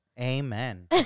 Amen